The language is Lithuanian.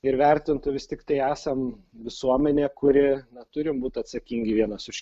ir vertintų vis tiktai esam visuomenė kuri turim būt atsakingi vienas už